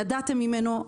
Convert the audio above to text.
ידעתם ממנו,